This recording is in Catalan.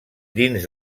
dins